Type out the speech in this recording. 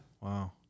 Wow